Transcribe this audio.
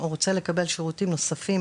או רוצה לקבל שירותים נוספים,